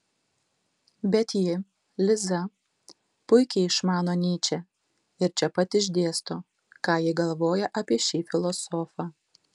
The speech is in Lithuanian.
bet ji liza puikiai išmano nyčę ir čia pat išdėsto ką ji galvoja apie šį filosofą